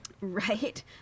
Right